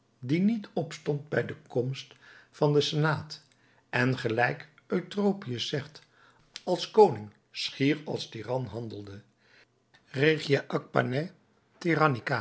die niet opstond bij de komst van den senaat en gelijk eutropius zegt als koning schier als tiran handelde regia ac